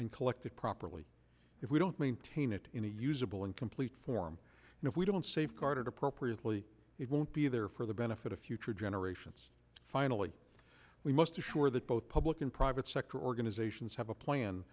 and collect it properly if we don't maintain it in a usable incomplete form and if we don't safeguard it appropriately it won't be there for the benefit of future generations finally we must assure that both public and private sector organisations have a plan